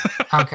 Okay